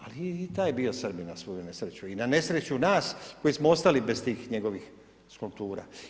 Ali i taj je bio Srbin na svoju nesreću i na nesreću nas koji smo ostali bez tih njegovih skulptura.